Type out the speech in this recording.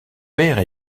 père